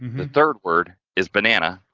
the third word is banana.